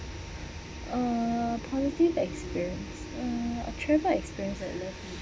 uh positive experience uh travel experience that left me